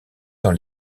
dans